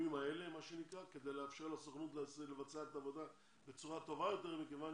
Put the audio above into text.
לימים האלה כדי לאפשר לסוכנות לבצע את העבודה בצורה טובה יותר כיוון